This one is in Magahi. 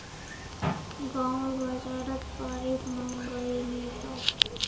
गांउर बाजारत पाईप महंगाये मिल तोक